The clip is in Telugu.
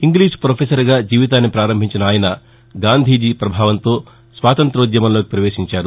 ఇంగ్లీష్ పొఫెసర్గా జీవితాన్ని పారంభించిన ఆయన గాంధీజీ ప్రభావంతో స్వాతంతోద్యమంలోకి ప్రవేశించారు